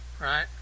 Right